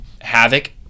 havoc